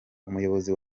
umuyobozi